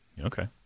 Okay